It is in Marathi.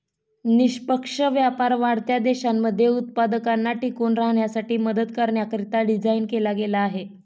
निष्पक्ष व्यापार वाढत्या देशांमध्ये उत्पादकांना टिकून राहण्यासाठी मदत करण्याकरिता डिझाईन केला गेला आहे